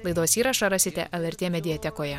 laidos įrašą rasite lrt mediatekoje